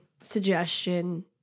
suggestion